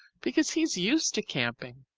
because he's used to camping.